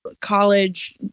college